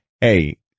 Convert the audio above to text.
hey